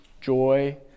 joy